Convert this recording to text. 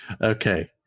okay